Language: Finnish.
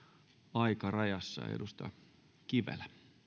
aikarajassa